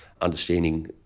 understanding